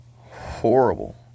horrible